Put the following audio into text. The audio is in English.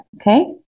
Okay